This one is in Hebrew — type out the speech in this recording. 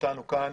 אתנו כאן,